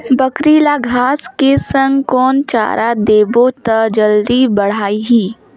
बकरी ल घांस के संग कौन चारा देबो त जल्दी बढाही?